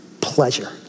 pleasure